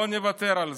לא נוותר על זה.